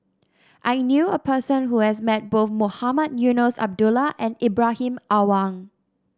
I knew a person who has met both Mohamed Eunos Abdullah and Ibrahim Awang